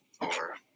over